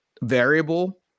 variable